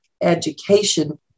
education